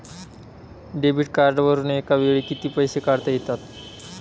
Debit कार्डवरुन एका वेळी किती पैसे काढता येतात?